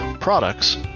products